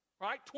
Right